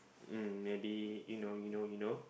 um maybe you know you know you know